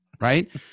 Right